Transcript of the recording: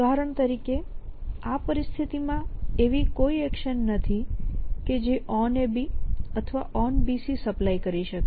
ઉદાહરણ તરીકે આ પરિસ્થિતિમાં એવી કોઈ એક્શન નથી કે જે OnAB અથવા OnBC સપ્લાય કરી શકે